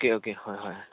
okay okay ꯍꯣꯏ ꯍꯣꯏ